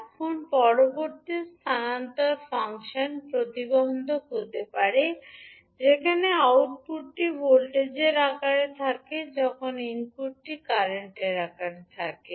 এখন পরবর্তী স্থানান্তর ফাংশন প্রতিবন্ধক হতে পারে যেখানে আউটপুটটি ভোল্টেজের আকারে থাকে যখন ইনপুটটি কারেন্টের আকারে থাকে